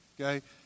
Okay